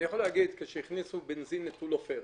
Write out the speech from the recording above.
אני יכול להגיד, כשהכניסו בנזין נטול עופרת,